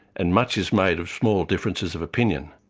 and much is made of small differences of opinion.